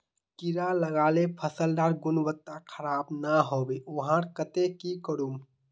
कीड़ा लगाले फसल डार गुणवत्ता खराब ना होबे वहार केते की करूम?